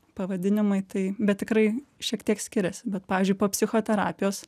pavadinimai tai bet tikrai šiek tiek skiriasi bet pavyzdžiui po psichoterapijos